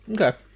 Okay